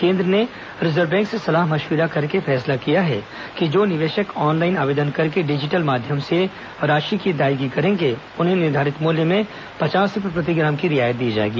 केन्द्र ने Reserve Bank से सलाह मश्विरा करके फैसला किया है कि जो निवेशक ऑनलाइन आवेदन करके डिजिटल माध्यम से राशि की अदायगी करेंगे उन्हें निर्धारित मूल्य में पचास रूपए प्रति ग्राम की रियायत दी जाएगी